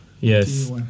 Yes